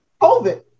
COVID